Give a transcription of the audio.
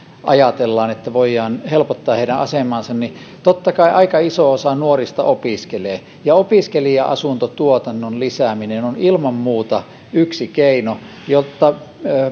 ajatellaan että voidaan helpottaa nuorten asemaa totta kai aika iso osa nuorista opiskelee ja opiskelija asuntotuotannon lisääminen on ilman muuta yksi keino jotta